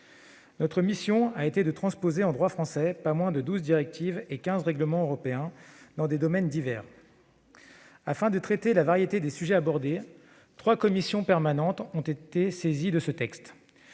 Notre mission a été de transposer en droit français pas moins de douze directives et quinze règlements européens dans des domaines divers. Afin de traiter la variété des sujets abordés, trois commissions permanentes ont été saisies de ce texte.